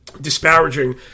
disparaging